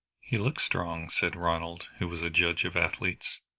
he looks strong, said ronald, who was a judge of athletes.